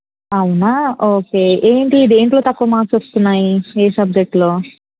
అవునా ఓకే ఏంటి దేనిలో తక్కువ మార్క్స్ వస్తున్నాయి ఏ సబ్జెక్ట్లో